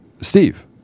Steve